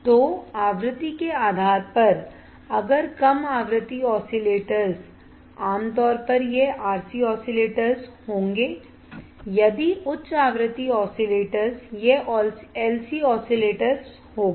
तो आवृत्ति के आधार पर अगर कम आवृत्ति ऑसिलेटर्स आम तौर पर यह RC ऑसिलेटर्स होगा यदि उच्च आवृत्ति ऑसिलेटर्स यह LC ऑसिलेटर्स होगा